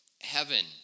heaven